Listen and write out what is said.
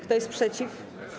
Kto jest przeciw?